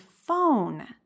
phone